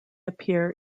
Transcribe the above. appear